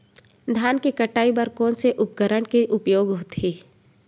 धान के कटाई बर कोन से उपकरण के उपयोग होथे?